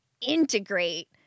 integrate